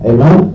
Amen